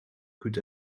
could